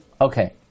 Okay